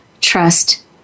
trust